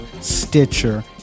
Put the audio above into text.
Stitcher